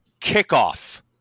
kickoff